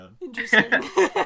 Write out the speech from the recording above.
Interesting